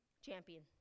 champion